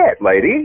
lady